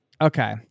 Okay